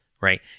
right